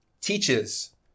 teaches